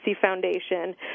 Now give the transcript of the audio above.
Foundation